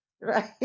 right